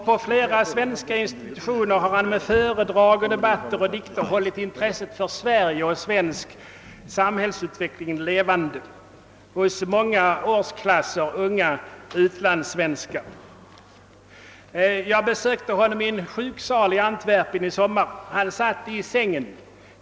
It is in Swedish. På flera svenska institutioner har han med föredrag, debatter och diktuppläsning hållit intresset för det svenska och för Sveriges samhällsutveckling levande hos många årsklasser av unga utlandssvenskar. Jag besökte honom i en sjuksal i Antwerpen i somras. Han satt i sängen.